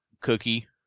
cookie